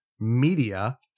Media